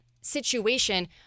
situation